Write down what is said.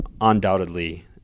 undoubtedly